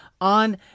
on